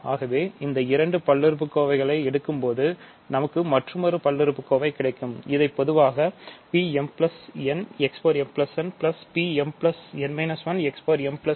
ஆகவே இந்த இரண்டு பல்லுறுப்புக்கோவை களை எடுக்கும் போது நமக்கு மற்றுமொரு பல்லுறுப்புக்கோவை கிடைக்கும் இதை பொதுவாக P mn x mn P mn 1 x mn 1